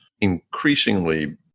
increasingly